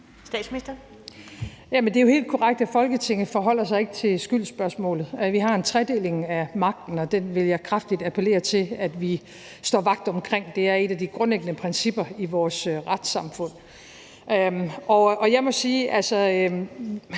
det er jo helt korrekt, at Folketinget ikke forholder sig til skyldsspørgsmålet. Vi har en tredeling af magten, og den vil jeg kraftigt appellere til at vi står vagt om. Det er et af de grundlæggende principper i vores retssamfund. Og jeg må sige,